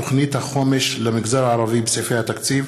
בנושא: אי-הכללת תוכנית החומש למגזר הערבי בסעיפי התקציב.